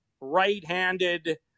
right-handed